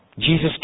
Jesus